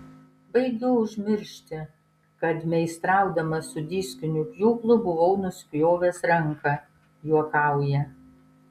baigiu užmiršti kad meistraudamas su diskiniu pjūklu buvau nusipjovęs ranką juokauja